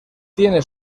tiene